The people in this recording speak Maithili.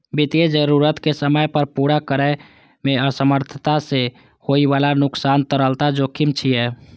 वित्तीय जरूरत कें समय पर पूरा करै मे असमर्थता सं होइ बला नुकसान तरलता जोखिम छियै